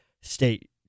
state